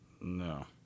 No